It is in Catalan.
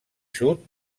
sud